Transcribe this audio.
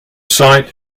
site